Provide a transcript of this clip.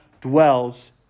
dwells